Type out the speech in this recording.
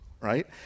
right